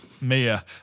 Mia